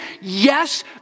Yes